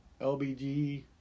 LBG